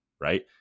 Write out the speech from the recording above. right